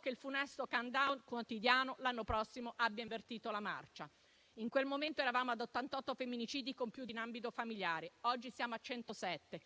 che il funesto *countdown* quotidiano l'anno prossimo abbia invertito la marcia. In quel momento eravamo ad 88 femminicidi compiuti in ambito familiare, oggi siamo a 107;